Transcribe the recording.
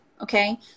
Okay